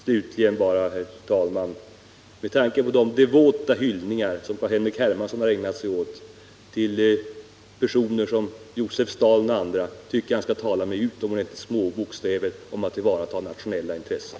Slutligen, herr talman, med tanke på de devota hyllningar som Carl-Henrik Hermansson har ägnat sådana personer som Josef Stalin tycker jag att han skall tala med utomordentligt små bokstäver om att tillvarata nationella intressen.